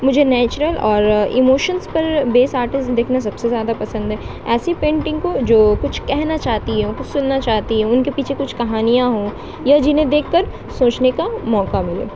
مجھے نیچرل اور ایموشنس پر بیس آرٹسٹ دیکھنا سب سے زیادہ پسند ہے ایسی پینٹنگ کو جو کچھ کہنا چاہتی ہے کچھ سننا چاہتی ہیں ان کے پیچھے کچھ کہانیاں ہوں یا جنہیں دیکھ کر سوچنے کا موقع ملے